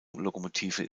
lokomotive